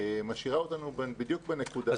שמשאירה אותנו בדיוק בנקודה הזאת.